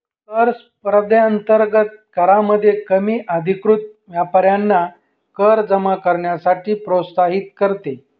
कर स्पर्धेअंतर्गत करामध्ये कमी अधिकृत व्यापाऱ्यांना कर जमा करण्यासाठी प्रोत्साहित करते